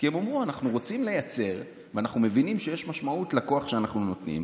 כי הם אמרו: אנחנו מבינים שיש משמעות לכוח שאנחנו נותנים,